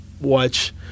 watch